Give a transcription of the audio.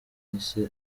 yahise